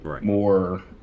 more